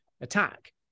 attack